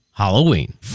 Halloween